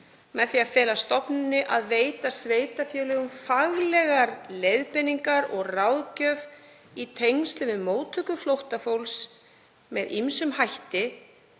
með því að fela stofnuninni að veita sveitarfélögum faglegar leiðbeiningar og ráðgjöf í tengslum við móttöku flóttafólks, með ýmsum hætti.